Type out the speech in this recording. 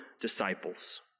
disciples